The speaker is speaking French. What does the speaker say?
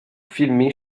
filmer